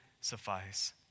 suffice